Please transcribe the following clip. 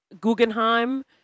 Guggenheim